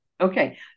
Okay